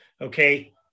Okay